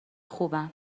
خوبن